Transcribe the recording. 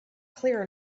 clear